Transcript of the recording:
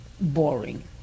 boring